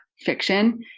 fiction